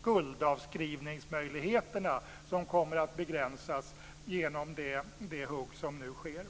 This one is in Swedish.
skuldavskrivningsmöjligheterna som kommer att begränsas genom det hugg som nu sker.